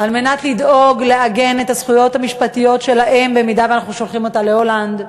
לדאוג לעגן את הזכויות המשפטיות של האם אם אנחנו שולחים אותה להולנד,